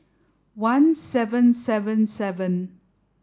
one seven seven seven